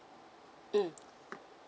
mm